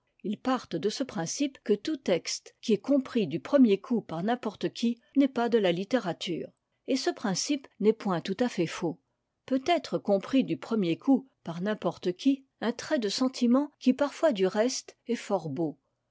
ils partent de ce principe que tout texte qui est compris du premier coup par n'importe qui n'est pas de la littérature et ce principe n'est point tout à fait faux peut être compris du premier coup par n'importe qui un trait de sentiment qui parfois du reste est fort beau